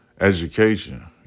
Education